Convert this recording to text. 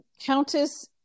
Countess